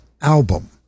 album